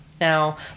Now